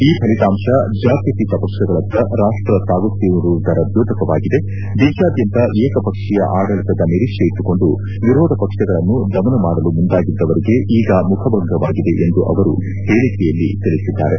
ಈ ಫಲಿತಾಂಶ ಜಾತ್ಯತೀತ ಪಕ್ಷಗಳತ್ತ ರಾಷ್ಷ ಸಾಗುತ್ತಿರುವುದರ ದ್ಯೋತಕವಾಗಿದೆ ದೇಶಾದ್ಯಂತ ಏಕಪಕ್ಷೀಯ ಆಡಳಿತದ ನಿರೀಕ್ಷೆಯಿಟ್ಸುಕೊಂಡು ವಿರೋಧ ಪಕ್ಷಗಳನ್ನು ದಮನ ಮಾಡಲು ಮುಂದಾಗಿದ್ದವರಿಗೆ ಈಗ ಮುಖಭಂಗವಾಗಿದೆ ಎಂದು ಅವರು ಹೇಳಿಕೆಯಲ್ಲಿ ತಿಳಿಸಿದ್ದಾರೆ